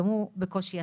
גם הוא קמו בקושי יצא.